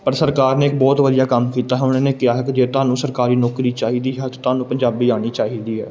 ਪਰ ਸਰਕਾਰ ਨੇ ਇੱਕ ਬਹੁਤ ਵਧੀਆ ਕੰਮ ਕੀਤਾ ਹੈ ਉਹਨਾਂ ਨੇ ਕਿਹਾ ਹੈ ਕਿ ਜੇ ਤੁਹਾਨੂੰ ਸਰਕਾਰੀ ਨੌਕਰੀ ਚਾਹੀਦੀ ਹੈ ਤਾਂ ਤੁਹਾਨੂੰ ਪੰਜਾਬੀ ਆਉਣੀ ਚਾਹੀਦੀ ਹੈ